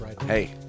Hey